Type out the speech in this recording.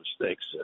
mistakes